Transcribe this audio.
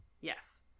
Yes